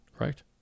Right